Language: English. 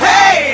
Hey